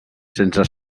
sense